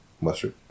mustard